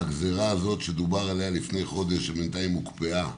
הגזירה הזאת שדובר עליה לפני חודש שבינתיים הוקפאה,